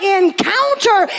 encounter